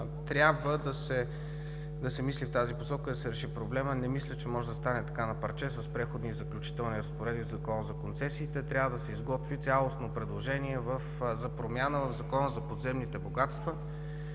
Трябва да се мисли в тази посока и да се реши проблемът. Не мисля, че може да стане на парче с Преходни и заключителни разпоредби в Закона за концесиите. Трябва да се изготви цялостно предложение за промяна в Закона за подземните богатства.